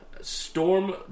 Storm